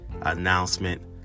announcement